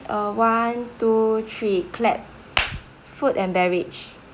uh one two three clap food and beverage